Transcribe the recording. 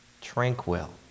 tranquil